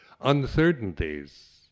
uncertainties